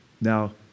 now